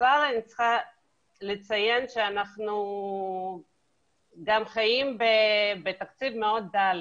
ובכלל אני צריכה לציין שאנחנו גם חיים בתקציב מאוד דל,